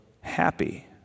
happy